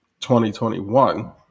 2021